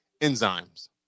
enzymes